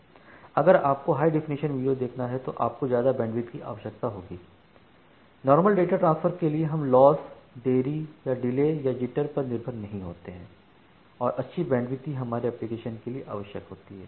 अगर आपको high definition video देखना है तो आपको ज्यादा बैंडविड्थ की आवश्यकता होगी नॉर्मल डाटा ट्रांसफर के लिए हम लॉस देरी या डिले या जिटर पर निर्भर नहीं होते हैं और अच्छी बैंडविड्थ ही हमारे एप्लीकेशनके लिए आवश्यक होती है